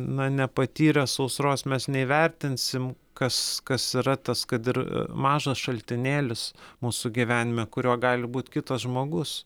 na nepatyrę sausros mes neįvertinsim kas kas yra tas kad ir mažas šaltinėlis mūsų gyvenime kuriuo gali būti kitas žmogus